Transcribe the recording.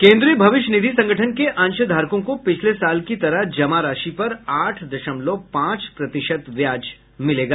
केन्द्रीय भविष्य निधि संगठन के अंशधारकों को पिछले साल की तरह जमा राशि पर आठ दशमलव पांच प्रतिशत ब्याज दर मिलेगा